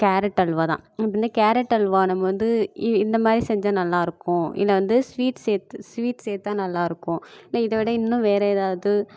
carrot halwa தான் அப்படினா carrot halwa நம்ம வந்து இ இந்த மாதிரி செஞ்சால் நல்லாயிருக்கும் இல்லை வந்து ஸ்வீட் சேர்த்து ஸ்வீட் சேர்த்தா நல்லா இருக்கும் இல்லை இதை விட இன்னும் வேறு ஏதாவது